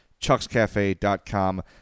chuckscafe.com